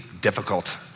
difficult